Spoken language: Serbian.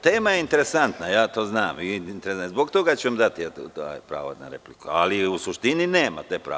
Tema je interesantna i ja to znam i zbog toga ću vam dati pravo na repliku, ali u suštini nemate pravo.